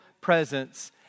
presence